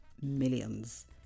millions